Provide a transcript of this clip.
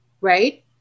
right